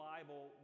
Bible